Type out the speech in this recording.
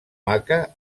maca